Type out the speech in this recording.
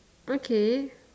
okay